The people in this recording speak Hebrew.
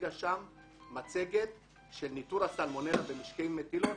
הציגה שם מצגת של ניטור הסלמונלה במשקי מטילות